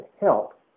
help